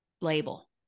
label